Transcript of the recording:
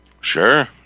Sure